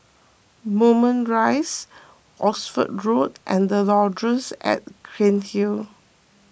Moulmein Rise Oxford Road and the Laurels at Cairnhill